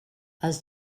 els